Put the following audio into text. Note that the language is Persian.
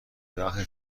وقتی